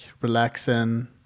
relaxing